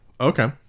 Okay